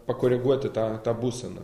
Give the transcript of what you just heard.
pakoreguoti tą būseną